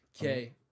Okay